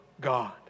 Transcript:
God